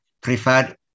preferred